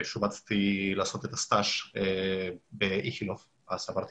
שובצתי לעשות את ההתמחות שלי באיכילוב ואז עברתי